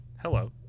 Hello